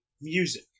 music